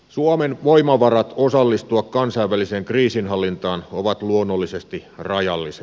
suomen voimavarat osallistua kansainväliseen kriisinhallintaan ovat luonnollisesti rajalliset